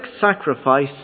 sacrifice